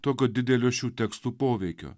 tokio didelio šių tekstų poveikio